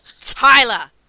Tyler